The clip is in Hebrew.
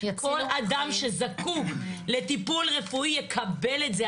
כל אדם שזקוק לטיפול רפואי יקבל את זה,